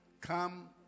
Come